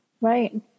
Right